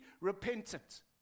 repentant